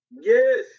Yes